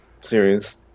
series